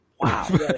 Wow